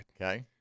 Okay